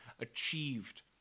achieved